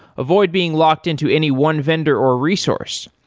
avoid being locked-in to any one vendor or resource.